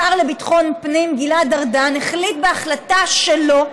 השר לביטחון פנים גלעד ארדן החליט בהחלטה שלו,